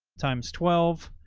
times twelve.